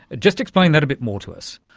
just explain that a bit more to us.